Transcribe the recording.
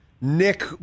Nick